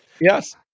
Yes